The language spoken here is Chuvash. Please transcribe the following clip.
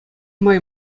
май